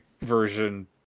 version